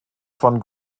von